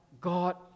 God